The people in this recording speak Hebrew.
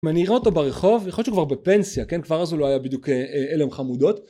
אם אני אראה אותו ברחוב, יכול להיות שהוא כבר בפנסיה, כן? כבר אז הוא לא היה בדיוק עלם חמודות.